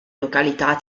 località